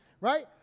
Right